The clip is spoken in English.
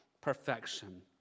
perfection